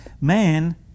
Man